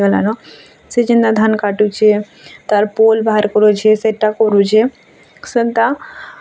ହୋଇଗଲାନ ସେ ଯେନ୍ତା ଧାନ୍ କାଟୁଛେ ତା'ର୍ ପୋଲ୍ ବାହାର୍ କରୁଛେ ସେଟା କରୁଛେ ସେନ୍ତା